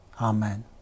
Amen